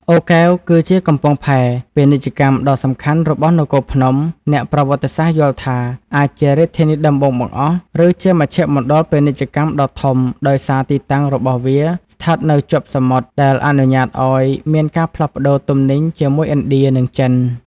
អូរកែវ គឺជាកំពង់ផែពាណិជ្ជកម្ម ដ៏សំខាន់របស់នគរភ្នំ អ្នកប្រវត្តិសាស្ត្រយល់ថា អាចជារាជធានីដំបូងបង្អស់ ឬជាមជ្ឈមណ្ឌលពាណិជ្ជកម្មដ៏ធំ ដោយសារទីតាំងរបស់វាស្ថិតនៅជាប់សមុទ្រ ដែលអនុញ្ញាតឱ្យមានការផ្លាស់ប្តូរទំនិញជាមួយឥណ្ឌា និងចិន។